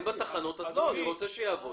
אם הוא שופך בתחנות, אני רוצה שהוא ימשיך לעבוד.